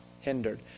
hindered